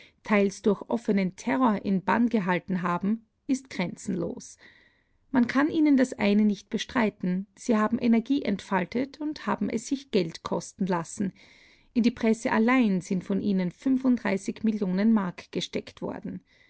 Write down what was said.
teils durch offenen terror in bann gehalten haben ist grenzenlos man kann ihnen das eine nicht bestreiten sie haben energie entfaltet und haben es sich geld kosten lassen in die presse allein sind von ihnen millionen mark gesteckt worden